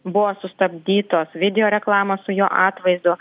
buvo sustabdytos video reklamos su jo atvaizdu